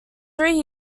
three